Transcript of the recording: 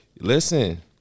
Listen